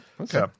Okay